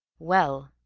well,